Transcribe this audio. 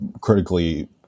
critically